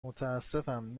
متاسفم